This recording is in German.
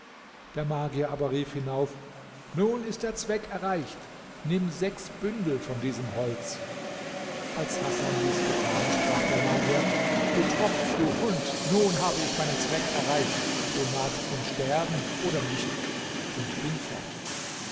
der magier aber rief hinauf nun ist der zweck erreicht nimm sechs bündel von diesem holz als hasan dies getan sprach der magier du tropf du hund nun habe ich meinen zweck erreicht du magst nun sterben oder nicht und ging fort